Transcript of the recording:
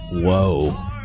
whoa